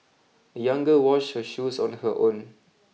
the young girl washed her shoes on her own